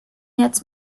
jetzt